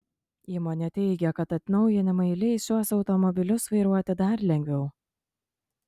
įmonė teigia kad atnaujinimai leis šiuos automobilius vairuoti dar lengviau